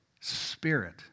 spirit